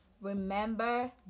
remember